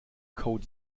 code